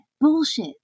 Bullshit